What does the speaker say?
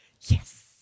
Yes